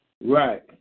Right